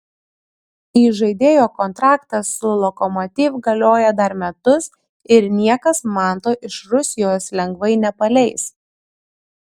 įžaidėjo kontraktas su lokomotiv galioja dar metus ir niekas manto iš rusijos lengvai nepaleis